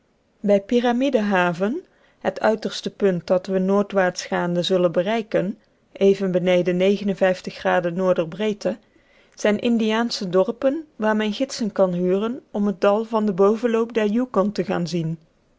bij pyramide haven het uiterste punt dat we noordwaarts gaande zullen bereiken even beneden n b zijn indiaansche dorpen waar men gidsen kan huren om het dal van den bovenloop der yukon te gaan zien